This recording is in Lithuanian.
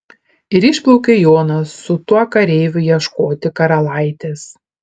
ir išplaukė jonas su tuo kareiviu ieškoti karalaitės